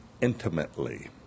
intimately